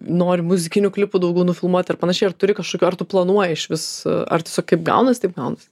nori muzikinių klipų daugiau nufilmuoti ir panašiai ar turi kažkokio ar tu planuoji išvis ar kaip gaunas taip gaunas